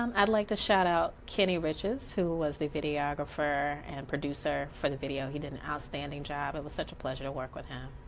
um i'd like to shout out kenny ridges who was the videographer and producer for the video. he did an outstanding job, it was such a pleasure to work with him.